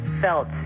felt